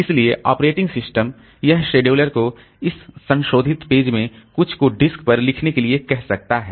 इसलिए operating system यह scheduler को इस संशोधित पेज में से कुछ को डिस्क पर लिखने के लिए कह सकता है